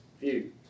view